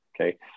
okay